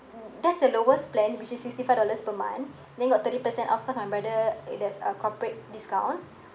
that's the lowest plan which is sixty-five dollars per month then got thirty percent off cause my brother it there's a corporate discount